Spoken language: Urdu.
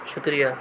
شکریہ